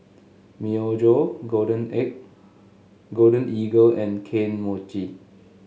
Myojo Golden A Golden Eagle and Kane Mochi